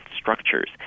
structures